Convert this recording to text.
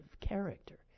character